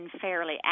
fairly